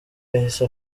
yahise